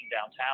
downtown